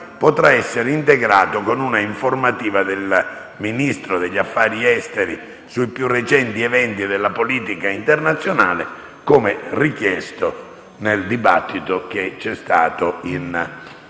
potrà essere integrato con una informativa del Ministro degli affari esteri sui più recenti eventi della politica internazionale, come richiesto nel dibattito che si è svolto in